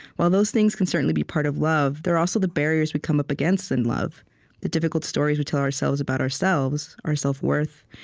while those things can certainly be part of love, there are also the barriers we come up against in love the difficult stories we tell ourselves about ourselves, our self-worth,